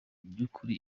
by’ukuri